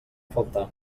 faltar